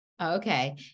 Okay